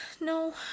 No